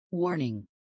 Warning